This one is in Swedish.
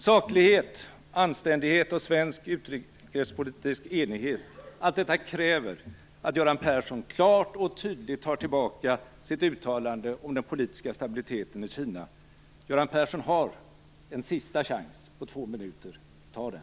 Saklighet, anständighet och svensk utrikespolitisk enighet - allt detta kräver att Göran Persson klart och tydligt tar tillbaka sitt uttalande om den politiska stabiliteten i Kina. Göran Persson har en sista chans på två minuter. Ta den!